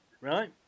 right